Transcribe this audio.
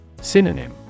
Synonym